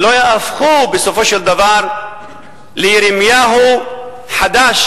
לא יהפכו בסופו של דבר לירמיהו חדש,